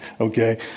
Okay